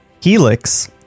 Helix